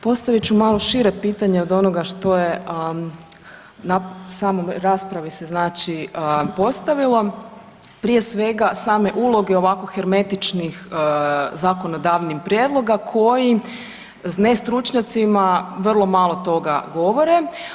Postavit ću malo šire pitanje od onoga što se na samoj raspravi postavilo, prije svega same uloge ovako hermetičnih zakonodavnih prijedloga koji ne stručnjacima vrlo malo toga govore.